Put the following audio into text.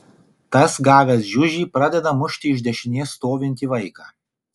tas gavęs žiužį pradeda mušti iš dešinės stovintį vaiką